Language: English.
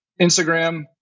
Instagram